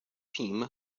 team